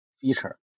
feature